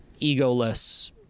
egoless